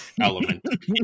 element